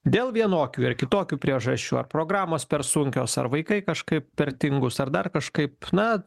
dėl vienokių ar kitokių priežasčių ar programos per sunkios ar vaikai kažkaip per tingūs ar dar kažkaip na